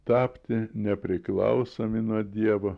tapti nepriklausomi nuo dievo